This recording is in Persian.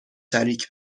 شریک